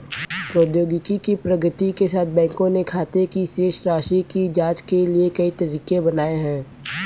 प्रौद्योगिकी की प्रगति के साथ, बैंकों ने खाते की शेष राशि की जांच के लिए कई तरीके बनाए है